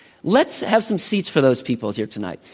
let's have some seats for those people here tonight.